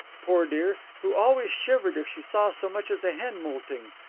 poor dear, who always shivered if she saw so much as a hen moulting.